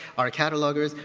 our catalogers,